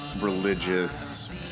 religious